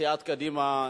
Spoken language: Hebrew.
בסיעת קדימה,